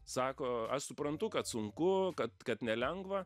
sako aš suprantu kad sunku kad kad nelengva